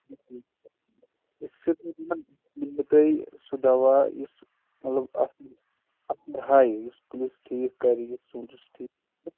بہِ دِمو تۄہہِ سُہ دوا یُس مطلب اَتھ اتھ ہاوِ یُس ٹھیٖک کرِ یُس ژوٗنٛٹھِس ٹھیٖک کرِ